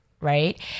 Right